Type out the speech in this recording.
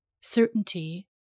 certainty